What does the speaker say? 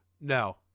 No